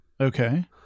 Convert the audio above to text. Okay